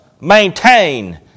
maintain